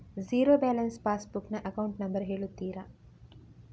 Zero balance passbook ನ account number ಹೇಳುತ್ತೀರಾ?